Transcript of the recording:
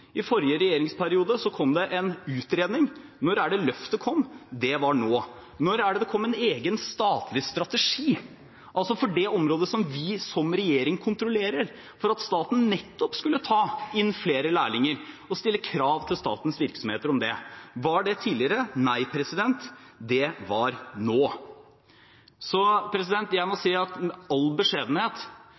I forrige regjeringsperiode kom det en utredning. Når var det løftet kom? Det var nå. Når var det det kom en egen statlig strategi, altså for det området som vi som regjering kontrollerer, for at staten skulle ta inn flere lærlinger og stille krav til statens virksomheter om det? Var det tidligere? Nei, det var nå. Så jeg må i all beskjedenhet si at